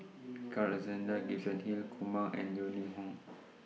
Carl Alexander Gibson Hill Kumar and Yeo Ning Hong